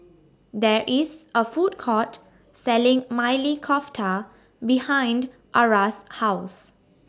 There IS A Food Court Selling Maili Kofta behind Arra's House